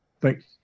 Thanks